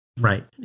Right